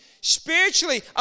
spiritually